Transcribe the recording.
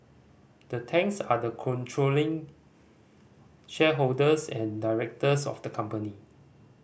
the Tangs are the controlling shareholders and directors of the company